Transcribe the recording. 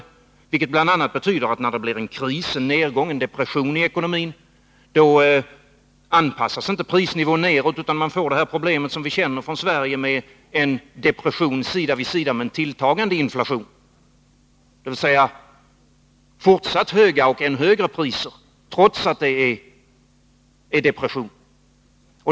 Det betyder bl.a. att när det blir en kris, en nedgång, en depression i ekonomin anpassas inte prisnivån nedåt, utan man får det problem som vi känner från Sverige med en depression sida vid sida med en tilltagande inflation, dvs. fortsatt höga och än högre priser trots att det är depression.